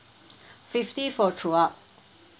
fifty for throughout